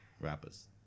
rappers